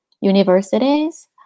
universities